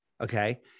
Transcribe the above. okay